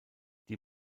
die